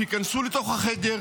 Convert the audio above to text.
שייכנסו לתוך החדר,